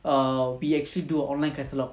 err we actually do a online catalogue